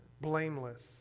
Blameless